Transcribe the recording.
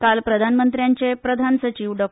काल प्रधानमंत्र्याचे प्रधान सचीव डॉ